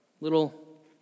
little